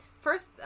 first